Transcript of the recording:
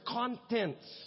contents